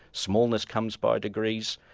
smallness comes by degrees,